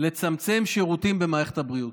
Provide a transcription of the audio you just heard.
לצמצם שירותים במערכת הבריאות.